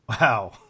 Wow